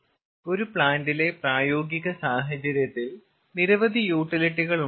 ഒരു പ്ലാന്റിലെ പ്രായോഗിക സാഹചര്യത്തിൽ നിരവധി യൂട്ടിലിറ്റികൾ ഉണ്ടാകാം